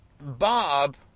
Bob